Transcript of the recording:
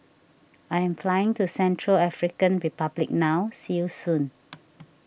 I am flying to Central African Republic now see you soon